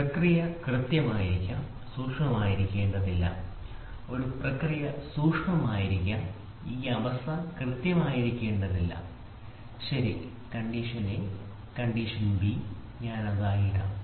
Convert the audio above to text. ഒരു പ്രക്രിയ കൃത്യമായിരിക്കാം സൂക്ഷ്മമായിരിക്കേണ്ടതില്ല ഒരു പ്രക്രിയ സൂക്ഷ്മമായിരിക്കാം ഈ അവസ്ഥ കൃത്യമായിരിക്കേണ്ടതില്ല ശരി കണ്ടീഷൻ എ കണ്ടീഷൻ ഞാൻ ബി ആയി ഇടും